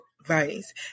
advice